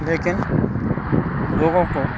लेकिन लोगों को